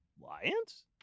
Lions